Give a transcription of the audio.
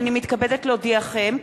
הנני מתכבדת להודיעכם,